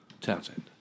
Townsend